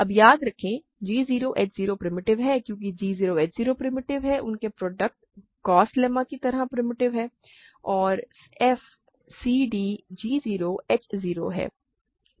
अब याद रखें g 0 h 0 प्रिमिटिव है क्योंकि g 0 और h 0 हैं उनका प्रोडक्ट गॉस लेम्मा की तरह प्रिमिटिव है और f cd g 0 h 0 है